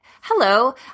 hello